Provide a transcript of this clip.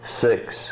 six